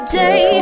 day